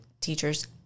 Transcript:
teachers